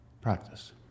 practice